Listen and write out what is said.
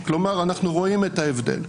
כלומר, אנחנו רואים את ההבדל.